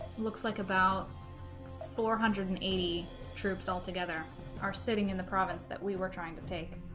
looks like about four hundred and eighty troops all together are sitting in the province that we were trying to take